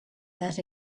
that